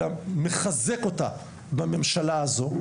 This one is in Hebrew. אלא מחזק אותה בממשלה הזו,